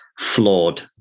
flawed